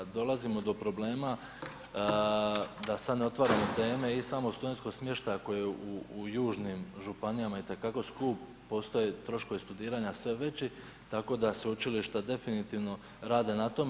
Dolazimo do problema da sad ne otvaramo teme, i samog studentskog smještaja koji je u južnim županijama itekako skup, postoje troškovi studiranja sve veći tako da sveučilišta definitivno rade na tome.